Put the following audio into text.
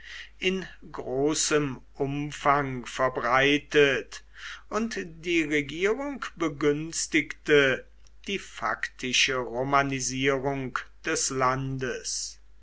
in großem umfang verbreitet und die regierung begünstigte die faktische romanisierung des landes